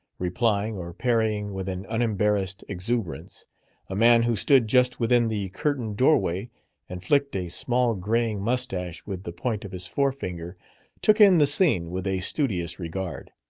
replying or parrying with an unembarrassed exuberance a man who stood just within the curtained doorway and flicked a small graying moustache with the point of his forefinger took in the scene with a studious regard.